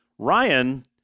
Ryan